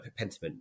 Pentiment